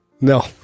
No